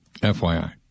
FYI